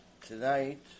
Tonight